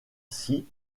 scie